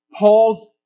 Paul's